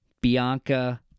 Bianca